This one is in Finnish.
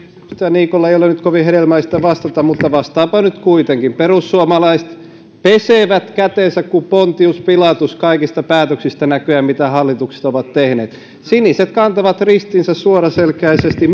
niikolle ei ole nyt kovin hedelmällistä vastata mutta vastaanpa kuitenkin perussuomalaiset pesevät kätensä kuin pontius pilatus kaikista päätöksistä näköjään mitä hallituksessa ovat tehneet siniset kantavat ristinsä suoraselkäisesti